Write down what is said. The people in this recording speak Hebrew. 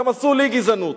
גם עשו לי גזענות.